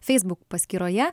facebook paskyroje